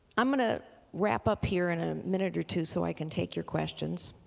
i'm going to wrap up here in a minute or two so i can take your questions